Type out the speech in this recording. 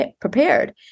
prepared